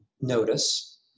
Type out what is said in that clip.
notice